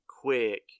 quick